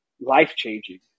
life-changing